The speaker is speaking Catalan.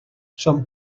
son